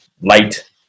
light